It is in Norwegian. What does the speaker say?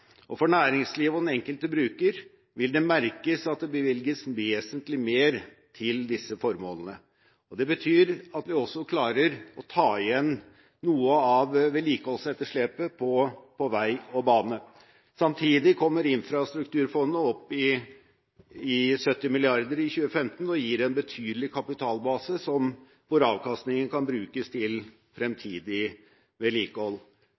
2015. For næringslivet og den enkelte bruker vil det merkes at det bevilges vesentlig mer til disse formålene. Det betyr at vi også klarer å ta igjen noe av vedlikeholdsetterslepet på vei og bane. Samtidig kommer infrastrukturfondet opp i 70 mrd. kr i 2015, og gir en betydelig kapitalbase hvor avkastningen kan brukes til fremtidig vedlikehold.